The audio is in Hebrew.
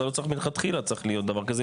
זה מלכתחילה צריך להיות דבר כזה,